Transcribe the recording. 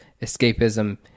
escapism